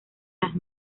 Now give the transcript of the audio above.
las